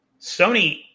Sony